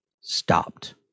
stopped